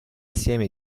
assieme